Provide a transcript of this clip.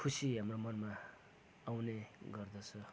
खुसी हाम्रो मनमा आउने गर्दछ